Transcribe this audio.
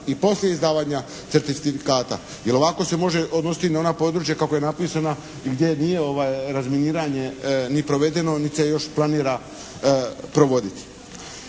i poslije izdavanja certifikata, jer ovako se može odnositi na ona područja kako je napisana i gdje nije razminiranje ni provedeno niti se još planira provoditi.